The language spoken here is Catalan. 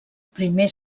primer